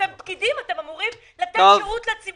אתם פקידים, אתם אמורים לתת שירות לציבור.